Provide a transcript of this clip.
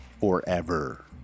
forever